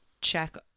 check